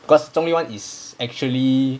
because zhong yun [one] is actually